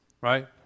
right